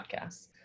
podcasts